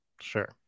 Sure